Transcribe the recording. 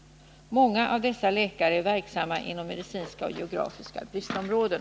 Många av dessa läkare är verksamma inom medicinska och geografiska bristområden.